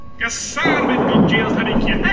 yes sir, we've got gels to make yeah